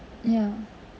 ya